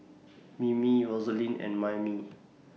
Mimi Rosaline and Maymie